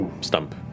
stump